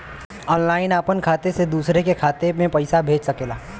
online आपन खाते से दूसर के खाते मे पइसा भेज सकेला